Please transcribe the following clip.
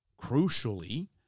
crucially